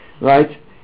right